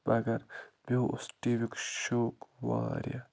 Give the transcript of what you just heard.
مگر مےٚ اوس ٹی وی یُک شوق واریاہ